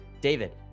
David